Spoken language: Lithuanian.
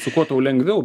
su kuo tau lengviau